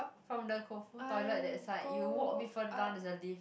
from the Koufu toilet that side you walk a bit further down there's a lift